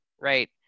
right